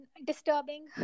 Disturbing